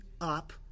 up